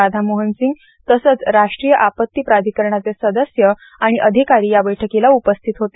राधा मोहन सिंह तसेच राष्ट्रीय आपत्ती प्राधिकरणाचे सदस्य आणि अधिकारी या बैठकीला उपस्थित होते